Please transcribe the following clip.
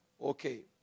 Okay